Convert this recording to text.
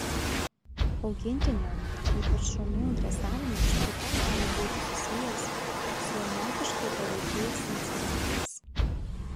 augintinių ypač šunų dresavimas taip pat gali būti susijęs su emociškai paveikiais incidentais